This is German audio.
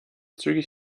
zügig